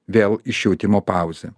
vėl išjautimo pauzė